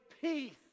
peace